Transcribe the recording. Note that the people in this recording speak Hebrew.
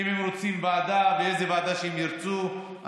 אם הם רוצים ועדה ואיזו ועדה שהם ירצו,